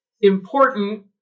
important